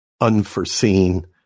unforeseen